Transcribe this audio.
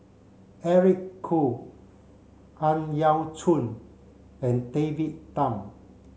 Eric Khoo Ang Yau Choon and David Tham